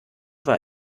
war